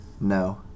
No